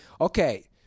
okay